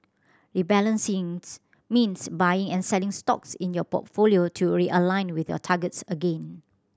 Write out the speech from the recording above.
rebalancing means buying and selling stocks in your portfolio to realign with your targets again